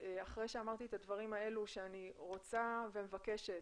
אחרי שאמרתי את הדברים האלה, אני רוצה ומבקשת